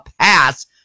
pass